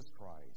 Christ